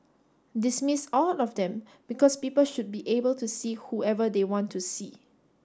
dismiss all of them because people should be able to see whoever they want to see